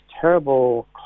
terrible